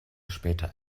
später